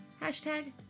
hashtag